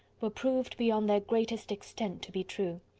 were proved beyond their greatest extent to be true!